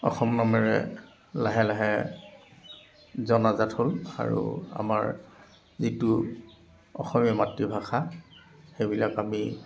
অসম নামেৰে লাহে লাহে জনাজাত হ'ল আৰু আমাৰ যিটো অসমীয়া মাতৃভাষা সেইবিলাক আমি